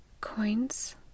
Coins